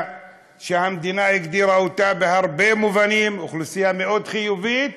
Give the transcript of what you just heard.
כזאת שהמדינה הגדירה בהרבה מובנים אוכלוסייה מאוד חיובית,